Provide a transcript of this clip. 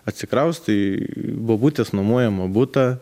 atsikraustei į bobutės nuomojamą butą